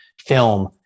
film